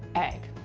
egg.